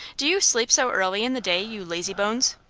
do you sleep so early in the day, you lazy-bones?